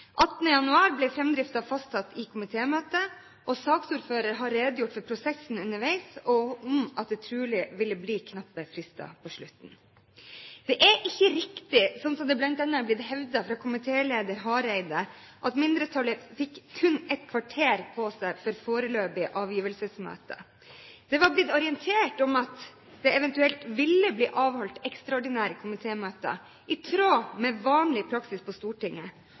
18. januar ble fremdriften fastsatt i komitémøtet, og saksordføreren har redegjort for prosessen underveis og om at det trolig ville bli knappe frister på slutten. Det er ikke riktig slik det bl.a. er blitt hevdet fra komitéleder Hareide, at mindretallet fikk kun et kvarter på seg for foreløpig avgivelsesmøte. Det var blitt orientert om at det eventuelt ville bli avholdt ekstraordinære komitémøter i tråd med vanlig praksis på Stortinget.